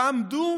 תעמדו